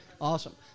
Awesome